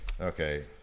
Okay